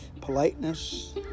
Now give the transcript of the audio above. politeness